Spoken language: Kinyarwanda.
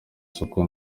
koko